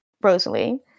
Rosalie